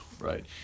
Right